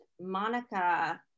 monica